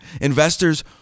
Investors